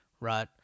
right